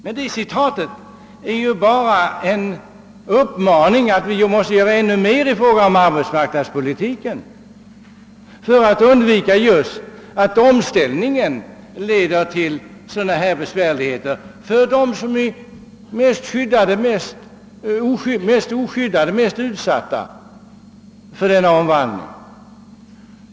Men detta uttalande innebär ju endast att vi måste göra ännu mer i fråga om arbetsmarknadspolitiken för att undvika att omställningen leder till sådana här besvärligheter för dem som är mest oskyddade och mest utsatta.